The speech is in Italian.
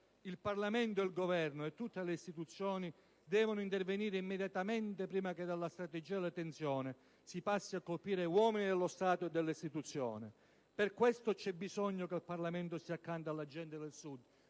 il Parlamento, il Governo e tutte le istituzioni devono intervenire immediatamente, prima che dalla strategia della tensione si passi a colpire uomini dello Stato e delle istituzioni. Per questo c'è bisogno che il Parlamento stia accanto alla gente del Sud,